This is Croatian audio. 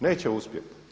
Neće uspjeti.